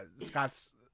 Scott's